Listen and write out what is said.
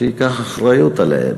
שייקח אחריות עליהם.